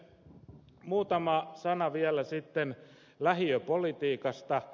muutama sana vielä sitten lähiöpolitiikasta